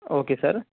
okay sir